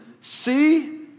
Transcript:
see